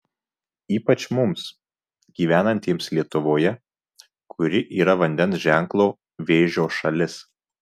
ypač mums gyvenantiems lietuvoje kuri yra vandens ženklo vėžio šalis